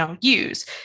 use